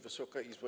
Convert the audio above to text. Wysoka Izbo!